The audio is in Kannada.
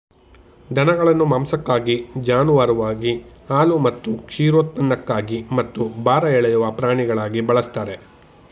ದನಗಳನ್ನು ಮಾಂಸಕ್ಕಾಗಿ ಜಾನುವಾರುವಾಗಿ ಹಾಲು ಮತ್ತು ಕ್ಷೀರೋತ್ಪನ್ನಕ್ಕಾಗಿ ಮತ್ತು ಭಾರ ಎಳೆಯುವ ಪ್ರಾಣಿಗಳಾಗಿ ಬಳಸ್ತಾರೆ